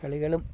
കളികളും